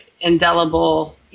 indelible